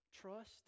trust